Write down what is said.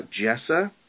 Jessa